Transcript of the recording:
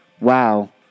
Wow